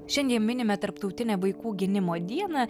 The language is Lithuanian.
šiandie minime tarptautinę vaikų gynimo dieną